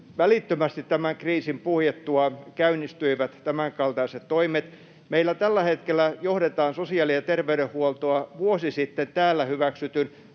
Välittömästi tämän kriisin puhjettua käynnistyivät tämänkaltaiset toimet — meillä tällä hetkellä johdetaan sosiaali- ja terveydenhuoltoa vuosi sitten täällä hyväksytyn